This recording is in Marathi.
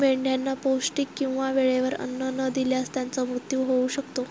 मेंढ्यांना पौष्टिक किंवा वेळेवर अन्न न दिल्यास त्यांचा मृत्यू होऊ शकतो